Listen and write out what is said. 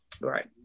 right